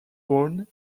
bonn